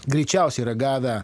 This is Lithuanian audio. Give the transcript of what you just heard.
greičiausiai yra gavę